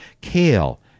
kale